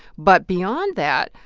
but beyond that,